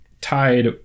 tied